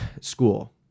school